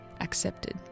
accepted